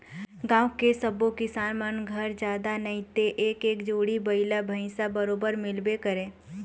गाँव के सब्बो किसान मन घर जादा नइते एक एक जोड़ी बइला भइसा बरोबर मिलबे करय